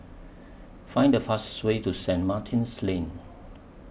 Find The fastest Way to St Martin's Lane